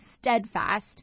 steadfast